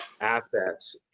assets